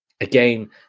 again